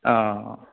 अ